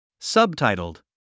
Subtitled